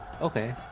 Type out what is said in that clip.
okay